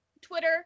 Twitter